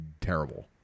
terrible